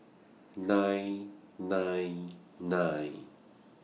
nine nine nine